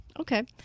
Okay